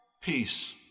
peace